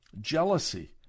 Jealousy